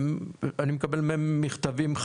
אני מקבל מהם מכתבים,